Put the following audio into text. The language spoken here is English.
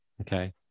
Okay